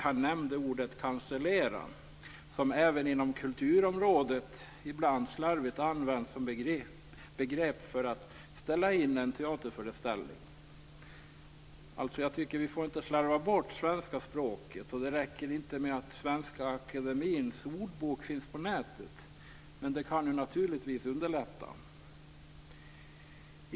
Han nämnde ordet cancellera, som även inom kulturområdet ibland slarvigt används som begrepp för att ställa in en teaterföreställning. Vi får inte slarva bort svenska språket. Det räcker inte med att Svenska Akademiens ordlista finns på nätet, men det kan ju naturligtvis underlätta.